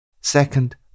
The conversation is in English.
Second